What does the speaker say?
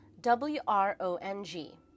W-R-O-N-G